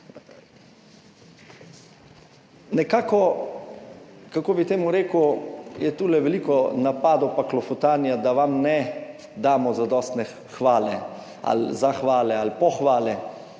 Nekako, kako bi temu rekel, je tule veliko napadov pa klofutanja, da vam ne damo zadostne hvale ali zahvale ali pohvale